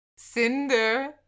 Cinder